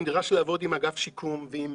הוא נדרש לעבוד עם אגף שיקום ועם